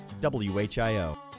WHIO